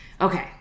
okay